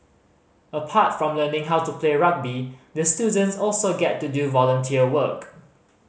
apart from learning how to play rugby the students also get to do volunteer work